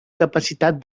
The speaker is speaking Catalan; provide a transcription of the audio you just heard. capacitat